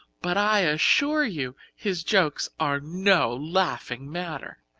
but i assure you his jokes are no laughing matter.